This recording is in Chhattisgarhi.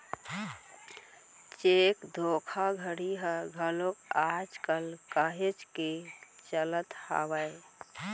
चेक धोखाघड़ी ह घलोक आज कल काहेच के चलत हावय